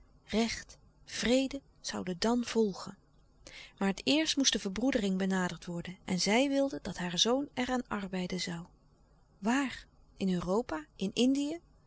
recht vrede zouden dan volgen maar het eerst moest de verbroedering benaderd worden en zij wilde dat haar zoon er aan arbeiden zoû waar in europa in indië